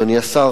אדוני השר,